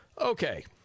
Okay